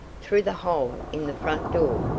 through the hole in the front door.